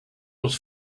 was